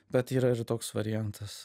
bet bet yra ir toks variantas